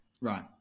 right